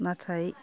नाथाय